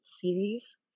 series